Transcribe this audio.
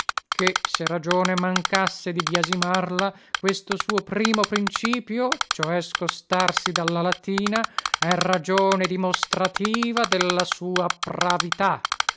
perfette ché se ragione mancasse di biasmarla questo suo primo principio ciò è scostarsi dalla latina è ragione dimostrativa della sua pravità ma